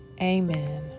Amen